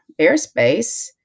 airspace